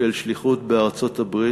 וחצי של שליחות בארצות-הברית,